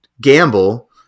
gamble